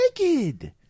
naked